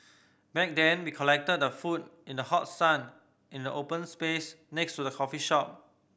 back then we collected the food in the hot sun in the open space next to the coffee shop